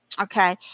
Okay